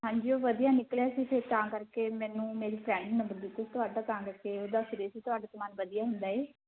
ਹਾਂਜੀ ਉਹ ਵਧੀਆ ਨਿਕਲਿਆ ਸੀ ਫਿਰ ਤਾਂ ਕਰਕੇ ਮੈਨੂੰ ਮੇਰੀ ਫਰੈਂਡ ਨੇ ਨੰਬਰ ਦਿੱਤਾ ਤੁਹਾਡਾ ਤਾਂ ਕਰਕੇ ਉਹਦਾ ਸਿਰੇ ਸੀ ਤੁਹਾਡੇ ਸਮਾਨ ਵਧੀਆ ਹੁੰਦਾ ਏ